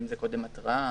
האם זה קודם התראה,